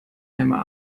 einmal